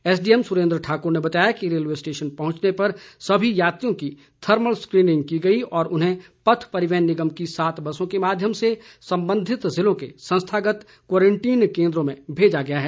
SDM Surendra Thakur ने बताया कि रेलवे स्टेशन पहुंचने पर सभी यात्रियों की थर्मल स्क्रीनिंग की गई और उन्हें पथ परिवहन निगम की सात बसों के माध्यम से संबंधित जिलों के संस्थागत क्वारटीन केंद्रों में भेजा गया है